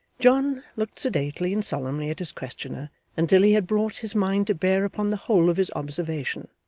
john looked sedately and solemnly at his questioner until he had brought his mind to bear upon the whole of his observation,